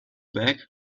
back